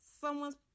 someone's